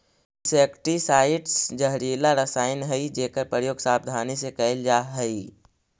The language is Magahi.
इंसेक्टिसाइट्स् जहरीला रसायन हई जेकर प्रयोग सावधानी से कैल जा हई